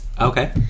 Okay